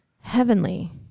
Heavenly